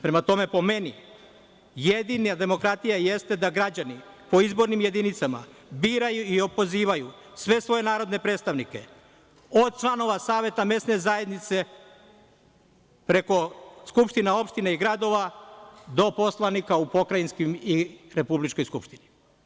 Prema tome, po meni jedina demokratija jeste da građani po izbornim jedinicama biraju i opozivaju sve svoje narodne predstavnike od članova saveta mesne zajednice preko skupština opština gradova do poslanika u pokrajinskoj i republičkoj skupštini.